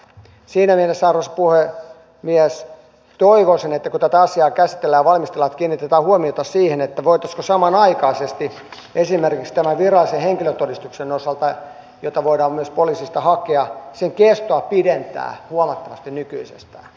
siinä mielessä arvoisa puhemies toivoisin että kun tätä asiaa käsitellään ja valmistellaan kiinnitetään huomiota siihen voitaisiinko samanaikaisesti esimerkiksi tämän virallisen henkilötodistuksen jota voidaan myös poliisista hakea kestoa pidentää huomattavasti nykyisestä